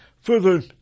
Further